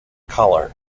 color